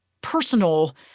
personal